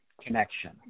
connection